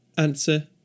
Answer